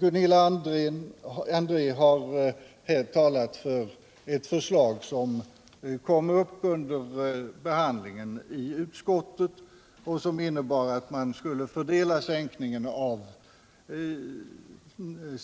Gunilla André har här talat för ett förslag som kom upp under behandlingen i utskottet och som innebär att man skulle fördela